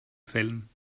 fällen